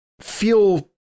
feel